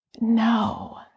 No